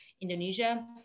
Indonesia